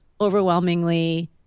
overwhelmingly